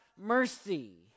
mercy